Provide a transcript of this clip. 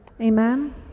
Amen